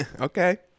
Okay